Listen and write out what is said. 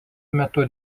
metu